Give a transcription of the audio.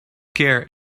care